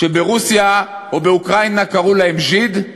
שברוסיה או באוקראינה קראו להם ז'יד,